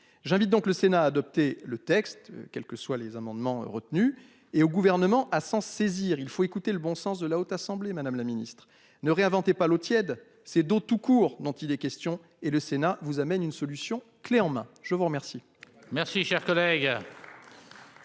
J'invite donc le Sénat a adopté le texte, quelles que soient les amendements retenus et au gouvernement à s'en saisir, il faut écouter le bon sens de la Haute assemblée Madame la Ministre ne réinventer pas l'eau tiède, c'est tout court, dont il est question et le Sénat vous amène une solution clé en main. Je vous remercie.